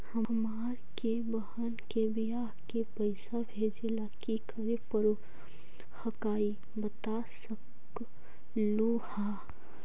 हमार के बह्र के बियाह के पैसा भेजे ला की करे परो हकाई बता सकलुहा?